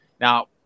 Now